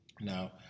Now